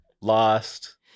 Lost